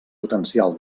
potencial